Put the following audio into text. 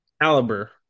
caliber